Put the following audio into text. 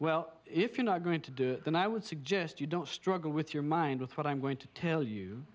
well if you're not going to do it then i would suggest you don't struggle with your mind with what i'm going to tell you